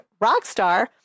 ROCKSTAR